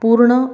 पूर्ण